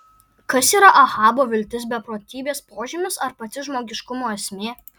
kas yra ahabo viltis beprotybės požymis ar pati žmogiškumo esmė